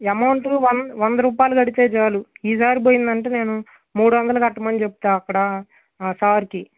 amount వం వంద రూపాయలు కడితే చాలు ఈసారి పోయిందంటే నేను మూడు వందలు కట్టమని చెప్తా అక్కడ ఆ సార్కి